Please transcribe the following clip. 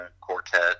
quartet